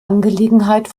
angelegenheit